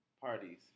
Parties